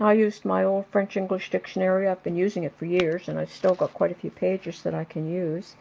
i used my old french english dictionary i've been using it for years and i've still got quite a few pages that i can use